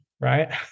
right